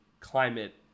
climate